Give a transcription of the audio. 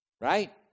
Right